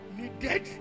needed